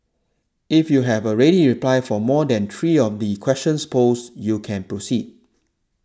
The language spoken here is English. if you have a ready reply for more than three of the questions posed you can proceed